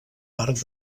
parc